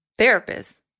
therapists